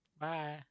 Bye